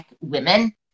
women